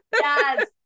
Yes